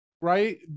right